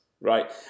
right